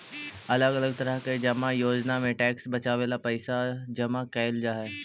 अलग अलग तरह के जमा योजना में टैक्स बचावे ला पैसा जमा कैल जा हई